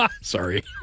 Sorry